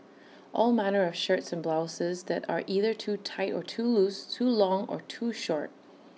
all manner of shirts and blouses that are either too tight or too loose too long or too short